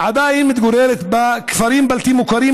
עדיין מתגוררים בכפרים בלתי מוכרים,